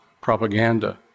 propaganda